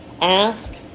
ask